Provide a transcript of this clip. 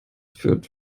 führt